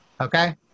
okay